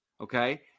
Okay